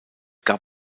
gab